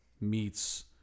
Meets